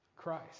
Christ